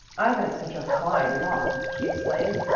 i've had such a fine walk! she exclaimed.